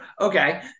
Okay